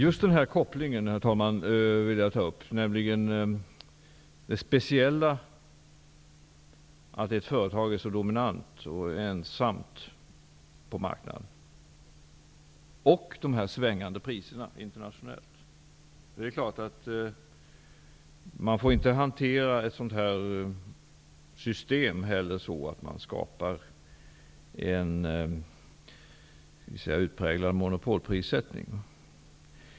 Herr talman! Just kopplingen mellan att ett företag är så dominant och ensamt på marknaden och de svängande internationella priserna vill jag ta upp. Man får inte hantera ett sådant här system så att man skapar en utpräglad monopolprissättning.